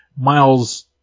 Miles